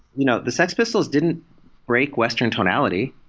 you know the sex pistols didn't break western tonality.